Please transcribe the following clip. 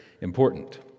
important